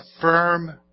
firm